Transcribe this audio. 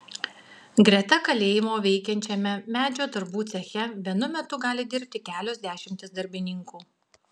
greta kalėjimo veikiančiame medžio darbų ceche vienu metu gali dirbti kelios dešimtys darbininkų